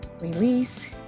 release